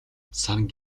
саранг